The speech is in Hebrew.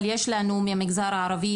אבל יש לנו מהמגזר הערבי,